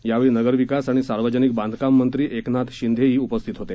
यावेळी नगरविकास आणि सार्वजनिक बांधकाम मंत्री एकनाथ शिंदे उपस्थित होते